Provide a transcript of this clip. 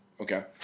Okay